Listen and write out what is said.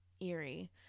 eerie